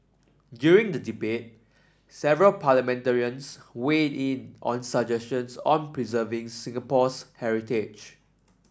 during the debate several parliamentarians weighed in on suggestions on preserving Singapore's heritage